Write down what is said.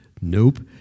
Nope